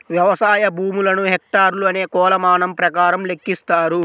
వ్యవసాయ భూములను హెక్టార్లు అనే కొలమానం ప్రకారం లెక్కిస్తారు